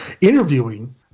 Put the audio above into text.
interviewing